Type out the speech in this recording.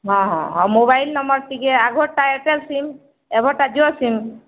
ହଁ ହଁ ହଁ ମୋବାଇଲ୍ ନମ୍ବର୍ ଟିକେ ଆଘର୍'ଟା ଏୟାରଟେଲ୍ ସିମ୍ ଏଭର୍'ଟା ଜିଓ ସିମ୍